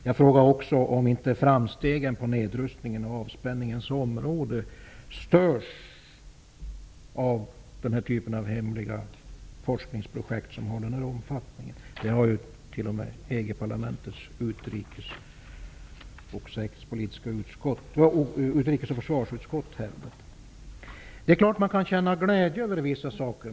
Jag frågade också om inte framstegen på nedrustningens och avspänningens område störs av hemliga forskningsprojekt av den här typen och omfattningen. Det har ju t.o.m. EG-parlamentets utrikes och försvarsutskott hävdat. Visst kan man känna glädje över vissa saker.